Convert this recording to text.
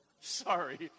Sorry